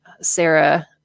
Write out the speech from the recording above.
Sarah